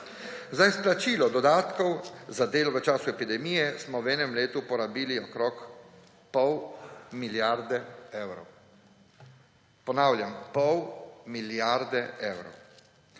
Za izplačilo dodatkov za delo v času epidemije smo v enem letu porabili okrog pol milijarde evrov, ponavljam, pol milijarde evrov.